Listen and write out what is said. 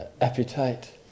appetite